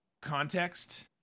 context